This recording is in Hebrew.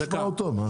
נשמע אותו.